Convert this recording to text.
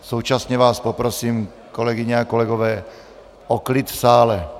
Současně vás poprosím, kolegyně a kolegové, o klid v sále.